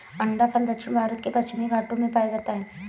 अंडाफल दक्षिण भारत के पश्चिमी घाटों में पाया जाता है